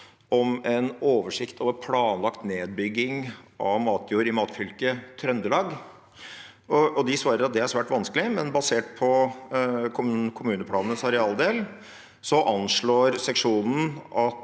om en oversikt over planlagt nedbygging av matjord i matfylket Trøndelag. De svarer at det er svært vanskelig, men basert på kommuneplanenes arealdel anslår seksjonen at